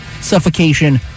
Suffocation